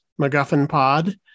MacGuffinPod